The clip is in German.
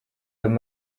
wenn